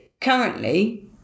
Currently